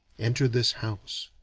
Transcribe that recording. enter this house.